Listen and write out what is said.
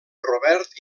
robert